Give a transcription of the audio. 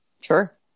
Sure